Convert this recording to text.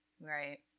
Right